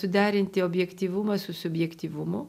suderinti objektyvumą su subjektyvumu